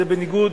זה בניגוד,